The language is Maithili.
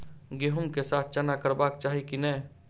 गहुम केँ साथ साथ चना करबाक चाहि की नै?